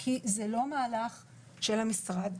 כי זה לא מהלך של המשרד.